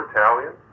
Italian